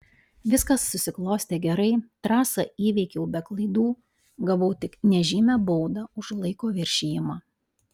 viskas susiklostė gerai trasą įveikiau be klaidų gavau tik nežymią baudą už laiko viršijimą